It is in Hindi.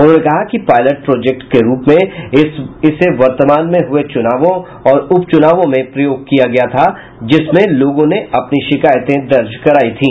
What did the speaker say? उन्होंने कहा कि पायलट प्रोजेक्ट रूप में इसे वर्तमान में हुये चुनावों और उपचुनावों में प्रयोग किया गया था जिसमें लोगों ने अपनी शिकायतें दर्ज करायी थी